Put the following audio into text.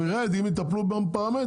הוא ירד אם יטפלו בפרמטרים.